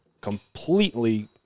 completely